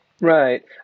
right